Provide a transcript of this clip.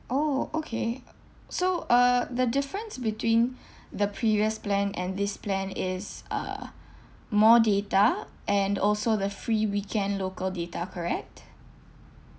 orh okay so uh the difference between the previous plan and this plan is uh more data and also the free weekend local data correct